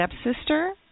stepsister